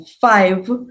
five